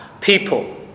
people